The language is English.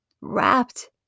wrapped